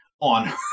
on